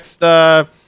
next